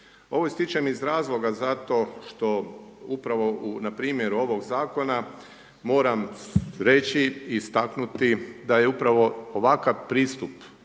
Ovom ističem iz razloga zato što upravo u npr. ovog zakona, moram reći i istaknuti da je upravo ovakav pristup